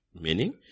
Meaning